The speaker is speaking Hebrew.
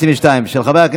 אין מתנגדים ואין נמנעים.